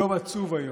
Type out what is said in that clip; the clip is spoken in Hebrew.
יום עצוב היום.